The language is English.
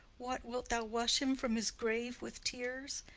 what, wilt thou wash him from his grave with tears?